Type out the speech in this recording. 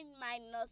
minus